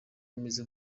ameze